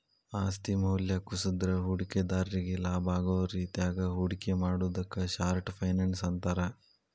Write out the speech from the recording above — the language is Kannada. ಆಸ್ತಿ ಮೌಲ್ಯ ಕುಸದ್ರ ಹೂಡಿಕೆದಾರ್ರಿಗಿ ಲಾಭಾಗೋ ರೇತ್ಯಾಗ ಹೂಡಿಕೆ ಮಾಡುದಕ್ಕ ಶಾರ್ಟ್ ಫೈನಾನ್ಸ್ ಅಂತಾರ